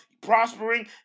prospering